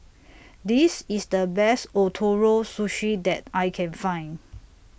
This IS The Best Ootoro Sushi that I Can Find